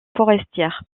forestières